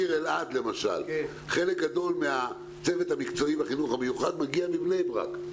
בעיר אלעד חלק גדול מהצוות המקצועי בחינוך המיוחד מגיע מבני-ברק.